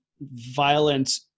violent